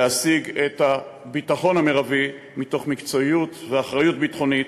להשיג את הביטחון המרבי מתוך מקצועיות ואחריות ביטחונית,